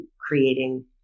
creating